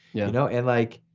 you know and like